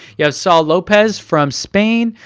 yeah saul lopez from spain,